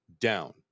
down